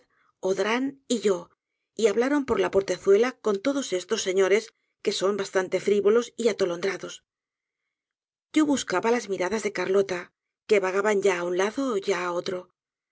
audran y yo y hablaron por la portezuela con todosestos señoras que son bastante frivolos y atolóndrados yo buscaba las miradas de carlota que vagaban ya á un lado ya á otro